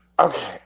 Okay